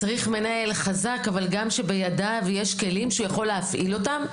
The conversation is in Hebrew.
צריך מנהל חזק שבידיו יש כלים שהוא יכול להפעיל אותם,